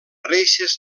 reixes